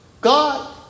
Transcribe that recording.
God